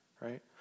right